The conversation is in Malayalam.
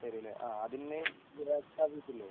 തരും അല്ലേ ആ അതിൻ്റെയും എക്സ്ട്രാ ഫീസ് ഇല്ലേ